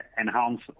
enhance